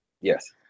Yes